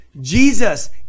Jesus